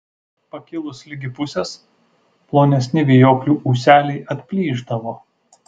pakilus ligi pusės plonesni vijoklių ūseliai atplyšdavo